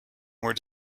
were